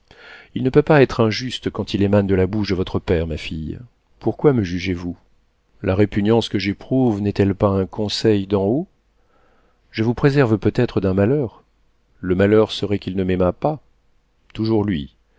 il ne peut pas être injuste quand il émane de la bouche de votre père ma fille pourquoi me jugez-vous la répugnance que j'éprouve n'est-elle pas un conseil d'en haut je vous préserve peut-être d'un malheur le malheur serait qu'il ne m'aimât pas toujours lui